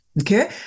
okay